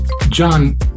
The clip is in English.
John